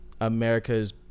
America's